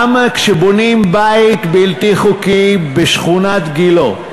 גם כשבונים בית בלתי חוקי בשכונת גילה,